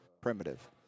primitive